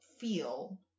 feel